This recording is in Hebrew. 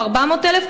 400,000,